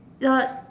the